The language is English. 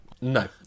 No